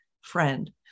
friend